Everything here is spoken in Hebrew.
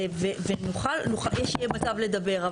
ונוכל, יש, יהיה מצב לדבר.